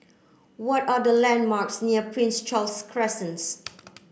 what are the landmarks near Prince Charles Crescents